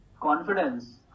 confidence